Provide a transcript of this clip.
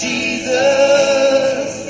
Jesus